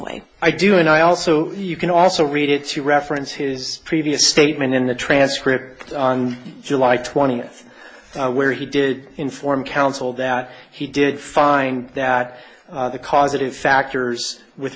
way i do and i also you can also read it you reference his previous statement in the transcript on july twenty eighth where he did inform counsel that he did find that the causative factors with